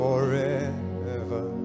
Forever